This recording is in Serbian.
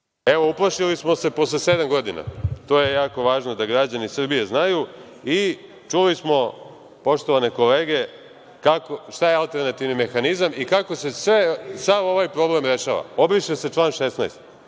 Evo, uplašili smo se posle sedam godina. To je jako važno, da građani Srbije znaju. Čuli smo, poštovane kolege, šta je alternativni mehanizam i kako se sav ovaj problem rešava - obriše se član